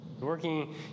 working